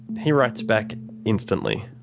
he writes back instantly.